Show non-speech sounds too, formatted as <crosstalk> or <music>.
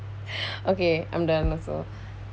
<breath> okay I'm done also